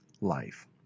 life